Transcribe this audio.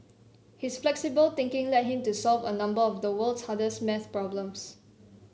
his flexible thinking led him to solve a number of the world's hardest math problems